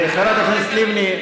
חברת הכנסת לבני,